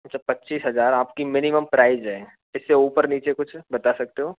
अच्छा पच्चीस हजार आपकी मिनिमम प्राइज़ है इससे ऊपर नीचे कुछ बता सकते हो